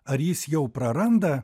ar jis jau praranda